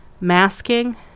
masking